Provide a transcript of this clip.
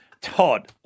Todd